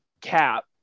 cap